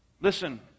Listen